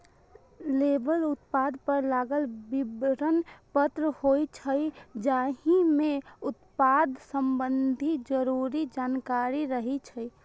label उत्पाद पर लागल विवरण पत्र होइ छै, जाहि मे उत्पाद संबंधी जरूरी जानकारी रहै छै